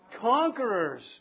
conquerors